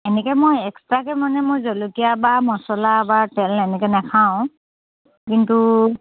এনেকে মই এক্সট্ৰাকে মানে মই জলকীয়া বা মছলা বা তেল এনেকে নেখাওঁ কিন্তু